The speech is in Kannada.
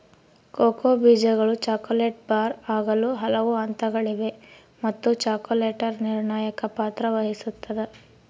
ಕೋಕೋ ಬೀಜಗಳು ಚಾಕೊಲೇಟ್ ಬಾರ್ ಆಗಲು ಹಲವು ಹಂತಗಳಿವೆ ಮತ್ತು ಚಾಕೊಲೇಟರ್ ನಿರ್ಣಾಯಕ ಪಾತ್ರ ವಹಿಸುತ್ತದ